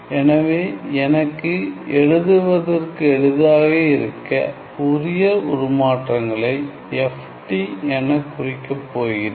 எனவே எனக்கு எழுதுவதற்கு எளிதாக இருக்க ஃபோரியர் உருமாற்றங்களை FT எனக் குறிக்கப் போகிறேன்